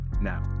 now